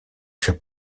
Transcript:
się